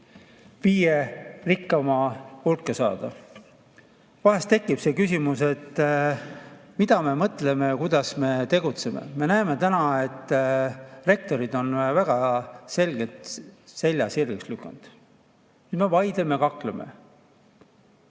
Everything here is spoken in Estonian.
viie rikkaima hulka saada. Vahest tekib see küsimus, et mida me mõtleme ja kuidas me tegutseme. Me näeme täna, et rektorid on väga selgelt selja sirgeks lükanud. Me vaidleme ja kakleme.